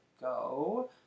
go